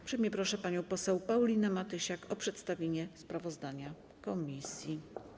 Uprzejmie proszę panią poseł Paulinę Matysiak o przedstawienie sprawozdania komisji.